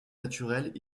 naturelles